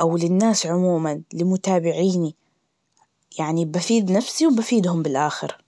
أو للناس عموماً, لمتابعيني, يعني بفيد نفسي وبفيدهم بالآخر.